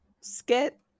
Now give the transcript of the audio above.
skit